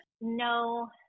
No